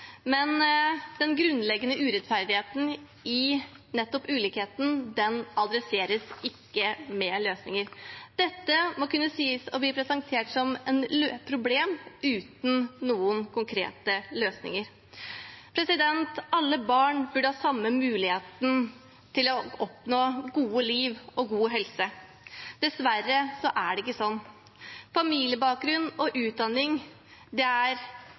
men den grunnleggende urettferdigheten i nettopp ulikheten adresseres ikke med løsninger. Dette må kunne sies å bli presentert som et problem uten noen konkrete løsninger. Alle barn burde ha samme mulighet til å oppnå et godt liv og god helse. Dessverre er det ikke sånn. Familiebakgrunn og utdanning er